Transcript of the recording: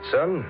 Son